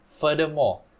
Furthermore